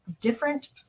different